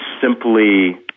simply